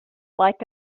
like